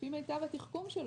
לפי מיטב התחכום שלו.